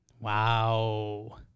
Wow